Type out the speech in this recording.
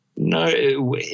No